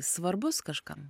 svarbus kažkam